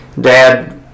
Dad